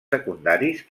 secundaris